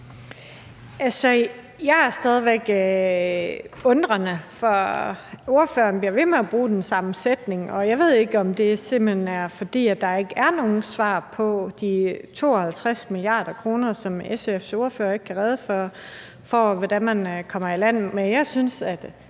mig stadig væk, for ordføreren bliver ved med at bruge den samme sætning. Og jeg ved jo ikke, om det simpelt hen er, fordi der ikke er nogen svar i forhold til de 52 mia. kr., som SF's ordfører ikke kan redegøre for hvordan man kommer i land